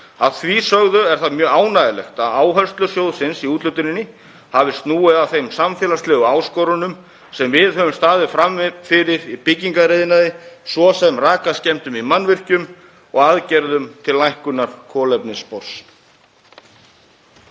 Að því sögðu er það mjög ánægjulegt að áherslur sjóðsins í úthlutuninni hafi snúið að þeim samfélagslegu áskorunum sem við höfum staðið frammi fyrir í byggingariðnaði, svo sem rakaskemmdum í mannvirkjum og aðgerðum til lækkunar kolefnisspors.